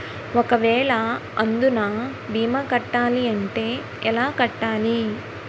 ఒక వేల అందునా భీమా కట్టాలి అంటే ఎలా కట్టాలి?